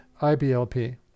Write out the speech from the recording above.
IBLP